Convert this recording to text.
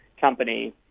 company